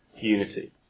unity